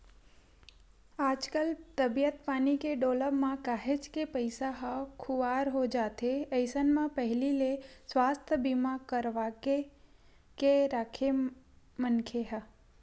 आजकल तबीयत पानी के डोलब म काहेच के पइसा ह खुवार हो जाथे अइसन म पहिली ले सुवास्थ बीमा करवाके के राखे मनखे ह